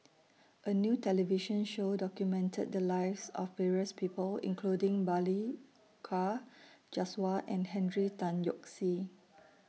A New television Show documented The Lives of various People including Balli Kaur Jaswal and Henry Tan Yoke See